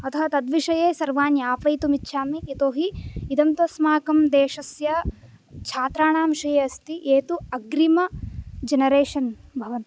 अतः तद्विषये सर्वाणि ज्ञापयितुमिच्छामि यतोहि इदं तु अस्माकं देशस्य छात्राणां विषये अस्ति ये तु अग्रिम जनरेषन् भवन्ति